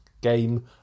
game